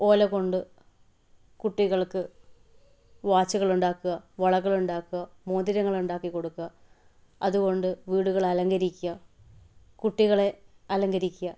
ഓലകൊണ്ട് കുട്ടികൾക്ക് വാച്ചുകൾ ഉണ്ടാക്കുക വളകൾ ഉണ്ടാക്കുക മോതിരങ്ങൾ ഉണ്ടാക്കി കൊടുക്കുക അതുകൊണ്ട് വീടുകൾ അലങ്കരിക്കുക കുട്ടികളെ അലങ്കരിക്കുക